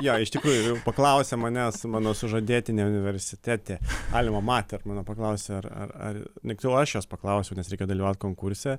jo iš tikrųjų paklausė manęs mano sužadėtinė universitetė alma matermano paklausė ar ar ar tiksliau aš jos paklausiau nes reikėjo dalyvaut konkurse